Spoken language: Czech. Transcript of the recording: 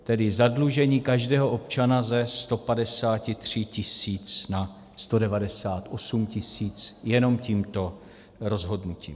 Tedy zadlužení každého občana ze 153 tisíc na 198 tisíc jenom tímto rozhodnutím.